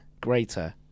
greater